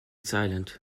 silent